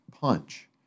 punch